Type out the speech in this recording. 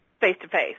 face-to-face